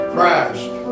Christ